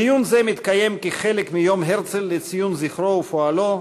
דיון זה מתקיים כחלק מיום הרצל לציון זכרו ופועלו,